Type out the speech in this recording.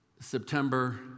September